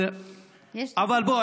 אבל בוא,